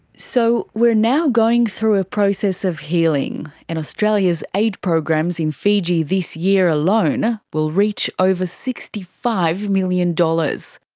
so we're now going through a process of healing, and australia's aid programs in fiji this year alone will reach over sixty five million dollars.